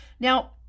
Now